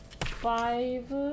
five